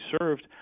served